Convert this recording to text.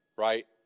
Right